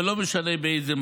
ולא משנה באיזה מצב.